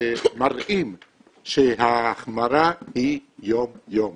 מראים שההחמרה היא יום יום